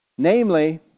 Namely